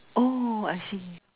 oh I see